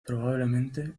probablemente